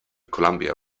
columbia